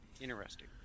Interesting